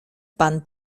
pan